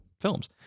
films